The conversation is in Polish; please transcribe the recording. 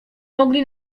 mogli